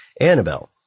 Annabelle